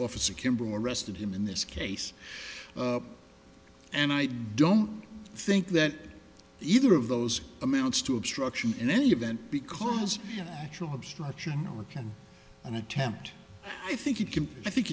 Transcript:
officer kimball arrested him in this case and i don't think that either of those amounts to obstruction in any event because actual obstruction or can an attempt i think it can i think